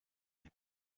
here